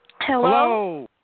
Hello